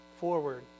forward